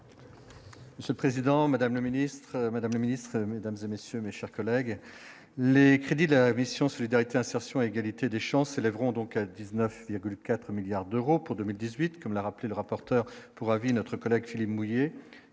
Madame la ministre, Madame le Ministre, Mesdames et messieurs, mes chers collègues, les crédits de la mission Solidarité, insertion, égalité des chances élèveront donc à 19,4 milliards d'euros pour 2018, comme l'a rappelé le rapporteur pour avis, notre collègue mouillé,